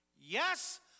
Yes